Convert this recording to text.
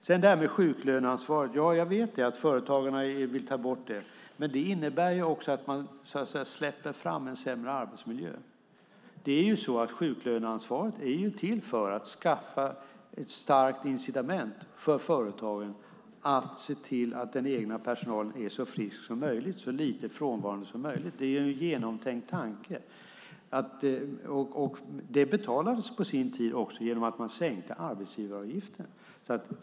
När det gäller sjuklöneansvaret vet jag att företagarna vill ta bort det, men det innebär också att man så att säga släpper fram en sämre arbetsmiljö. Sjuklöneansvaret är ju till för att skaffa ett starkt incitament för företagen att se till att den egna personalen är så frisk och så lite frånvarande som möjligt. Det är en genomtänkt tanke, och det betalades på sin tid genom att man sänkte arbetsgivaravgifterna.